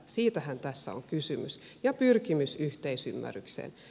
siitähän tässä on kysymys ja pyrkimyksestä yhteisymmärrykseen